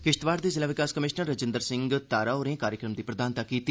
किश्तवाड़ दे जिला विकास कमिशनर रजिंदर सिंह तारा होरें कार्यक्रम दी प्रधानता कीती